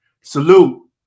Salute